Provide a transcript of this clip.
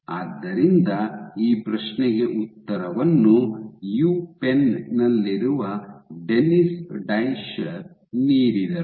ಆದ್ದರಿಂದ ಈ ಪ್ರಶ್ನೆಗೆ ಉತ್ತರವನ್ನು ಯುಪೆನ್ ನಲ್ಲಿರುವ ಡೆನ್ನಿಸ್ ಡೈಶರ್ ನೀಡಿದರು